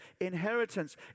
inheritance